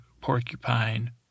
porcupine